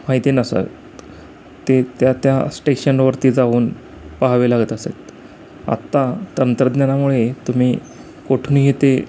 माहिती नसत ते त्या त्या स्टेशनवरती जाऊन पहावे लागत असत आत्ता तंत्रज्ञानामुळे तुम्ही कुठूनही ते